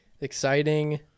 exciting